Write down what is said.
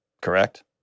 correct